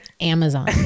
Amazon